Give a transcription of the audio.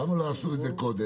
למה לא עשו את זה קודם?